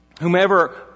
Whomever